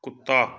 ਕੁੱਤਾ